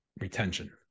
retention